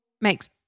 makes